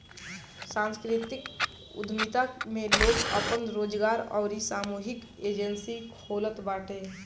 सांस्कृतिक उद्यमिता में लोग आपन रोजगार अउरी सामूहिक एजेंजी खोलत बाटे